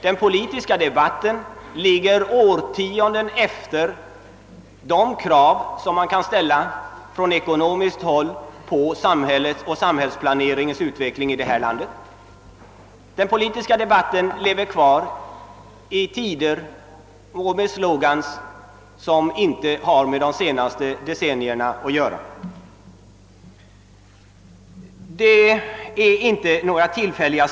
Den politiska debatten ligger årtionden efter med tanke på de ekonomiska krav som kan ställlas på samhället och samhällsplaneringens utveckling här i landet. Den politiska debatten lever kvar i tider och med slogans som inte har med de senaste decennierna att göra. Våra svårigheter är inte tillfälliga.